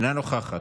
אינה נוכחת,